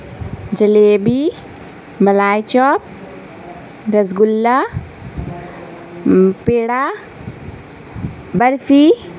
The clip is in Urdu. jalebi malai chop rasgulla peda barfi